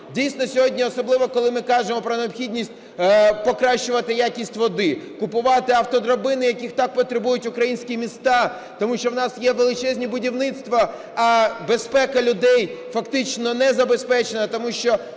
Дійсно, сьогодні, особливо коли ми кажемо про необхідність покращувати якість води, купувати автодрабини, яких так потребують українські міста, тому що у нас є величезні будівництва, а безпека людей фактично не забезпечена, тому що